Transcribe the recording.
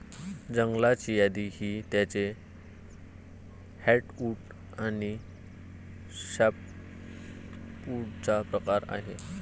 जंगलाची यादी ही त्याचे हर्टवुड आणि सॅपवुडचा प्रकार आहे